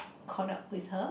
caught up with her